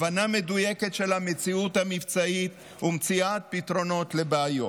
הבנה מדויקת של המציאות המבצעית ומציאת פתרונות לבעיות.